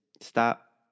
stop